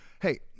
Hey